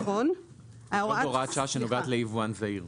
יש עוד הוראת שעה שנוגעת ליבואן זעיר.